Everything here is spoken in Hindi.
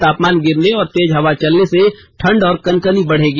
तापमान गिरने और तेज हवा चलने से ठंड और कनकनी बढ़ेगी